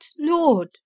lord